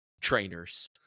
trainers